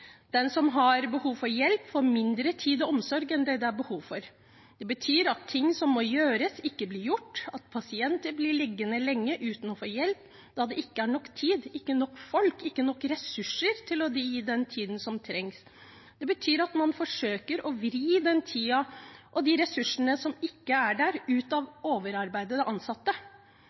Den som har behov for hjelp, får mindre tid og omsorg enn det det er behov for. Det betyr at ting som må gjøres, ikke blir gjort, at pasienter blir liggende lenge uten å få hjelp, da det ikke er nok tid, ikke nok folk, ikke nok ressurser til å gi den tiden som trengs. Det betyr at man forsøker å vri den tiden og de ressursene som ikke er der, ut av overarbeidede ansatte,